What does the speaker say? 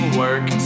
work